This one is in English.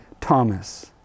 Thomas